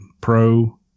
pro